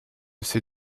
ces